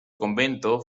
convento